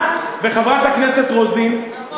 את וחברת הכנסת רוזין, נכון.